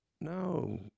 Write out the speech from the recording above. No